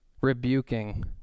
rebuking